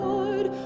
Lord